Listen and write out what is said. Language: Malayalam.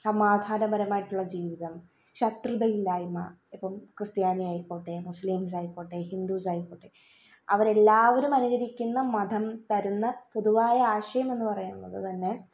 സമാധാനപരമായിട്ടുള്ള ജീവിതം ശത്രുതയില്ലായ്മ ഇപ്പം ക്രിസ്ത്യാനി ആയിക്കോട്ടെ മുസ്ലീംസ് ആയിക്കോട്ടെ ഹിന്ദൂസ് ആയിക്കോട്ടെ അവരെല്ലാവരും അനുകരിക്കുന്ന മതം തരുന്ന പൊതുവായ ആശയമെന്ന് പറയുന്നത് തന്നെ